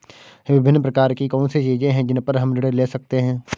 विभिन्न प्रकार की कौन सी चीजें हैं जिन पर हम ऋण ले सकते हैं?